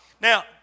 Now